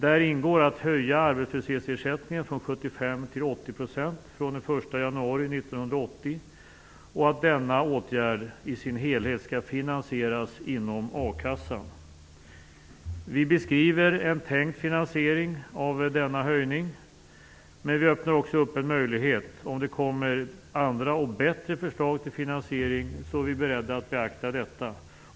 Där ingår att höja arbetslöshetsersättningen från 75 % till 80 % från den 1 januari 1998, och att denna åtgärd i sin helhet skall finansieras inom a-kassan. Vi beskriver en tänkt finansiering av denna höjning, men vi öppnar också upp en möjlighet. Om det kommer andra och bättre förslag till finansiering är vi beredda att beakta detta.